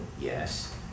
yes